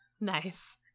nice